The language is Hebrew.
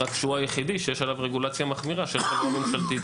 רק שהוא היחידי שיש עליו רגולציה מחמירה ולכן